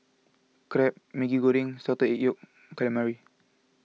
Crab Maggi Goreng Salted Yolk Calamari